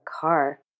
car